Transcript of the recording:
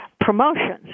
promotions